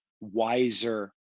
wiser